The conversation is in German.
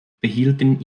behielten